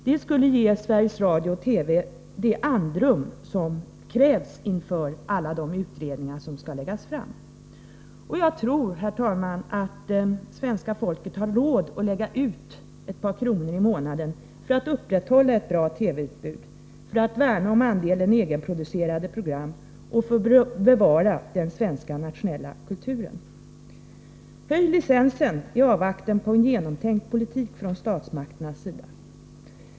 Det skulle ge Sveriges Radio/TV det andrum som krävs inför alla de utredningar som skall läggas fram. Jag tror, herr talman, att svenska folket har råd att lägga ut ett par kronor i månaden för att upprätthålla ett bra TV-utbud, för att värna om andelen egenproducerade program och för att bevara den svenska nationella kulturen. Höj licensen i avvaktan på en genomtänkt politik från statsmakternas sida!